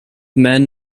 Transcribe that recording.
men